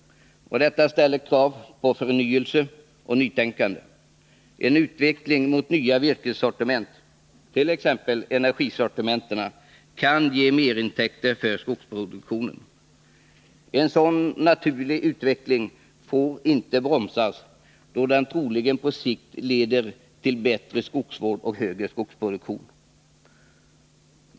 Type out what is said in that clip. Detta ställer krav på förnyelse och nytänkande. En utveckling mot nya virkessortiment, t.ex. energisortiment, kan ge mer intäkter för skogsproduktionen. En sådan naturlig utveckling får inte bromsas, då den troligen på sikt leder till bättre skogsvård och högre skogsproduktion.